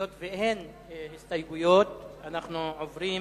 היות שאין הסתייגויות, אנחנו עוברים